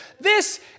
This